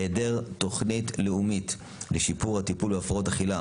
היעדר תוכנית לאומית לשיפור הטיפול בהפרעות אכילה.